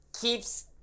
keeps